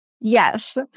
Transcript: Yes